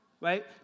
right